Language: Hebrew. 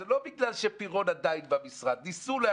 זה לא בגלל שפירון עדיין במשרד את